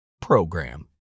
program